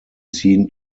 seen